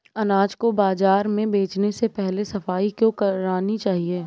अनाज को बाजार में बेचने से पहले सफाई क्यो करानी चाहिए?